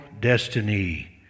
destiny